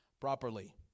properly